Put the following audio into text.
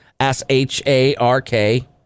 S-H-A-R-K